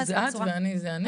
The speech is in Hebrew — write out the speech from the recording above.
בצורה -- את זאת את ואני זאת אני.